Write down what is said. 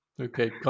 Okay